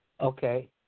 Okay